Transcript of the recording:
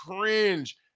cringe